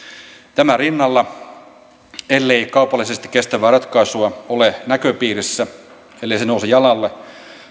tämän rinnalla ellei kaupallisesti kestävää ratkaisua ole näköpiirissä ellei se nouse jalalle